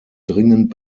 dringend